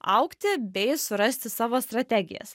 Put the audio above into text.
augti bei surasti savo strategijas